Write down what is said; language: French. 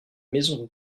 maison